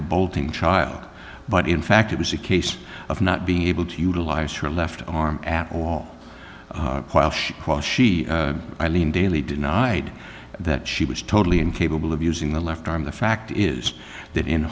a bolting child but in fact it was a case of not being able to utilize her left arm at all while she eileen daily denied that she was totally incapable of using the left arm the fact is that in